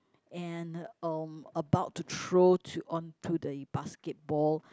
and um about to throw to onto the basketball